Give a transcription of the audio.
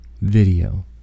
video